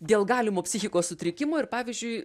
dėl galimo psichikos sutrikimo ir pavyzdžiui